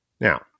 Now